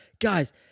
guys